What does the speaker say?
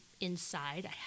inside